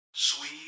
Sweet